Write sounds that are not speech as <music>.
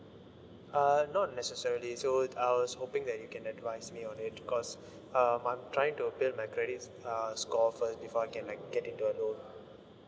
uh not necessarily so I was hoping that you can advise me on it because <breath> um I'm trying to build my credits uh score first before I can like get into a loan